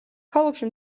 ქალაქში